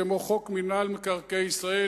כמו חוק מינהל מקרקעי ישראל,